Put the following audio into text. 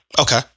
Okay